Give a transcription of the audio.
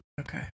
okay